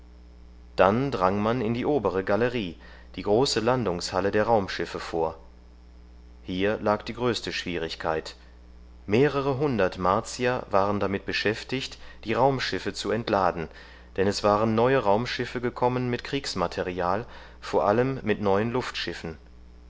dann drang man in die obere galerie die große landungshalle der raumschiffe vor hier lag die größte schwierigkeit mehrere hundert martier waren damit beschäftigt die raumschiffe zu entladen denn es waren neue raumschiffe gekommen mit kriegsmaterial vor allem mit neuen